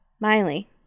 Miley